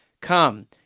Come